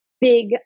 big